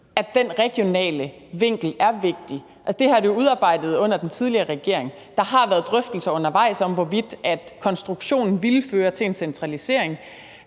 at den regionale vinkel er vigtig. Det har de udarbejdet under den tidligere regering. Der har været drøftelser undervejs om, hvorvidt konstruktionen ville føre til en centralisering.